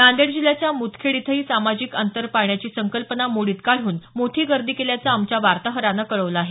नांदेड जिल्ह्याच्या मुदखेड इथंही सामाजिक आंतर पाळण्याची संकल्पना मोडीत काढून मोठी गर्दी केल्याचं आमच्या वार्ताहरानं कळवलं आहे